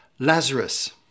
Lazarus